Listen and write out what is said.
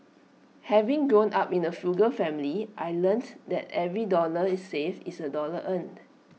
having grown up in A frugal family I learnt that every dollar is saved is A dollar earned